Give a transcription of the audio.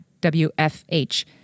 WFH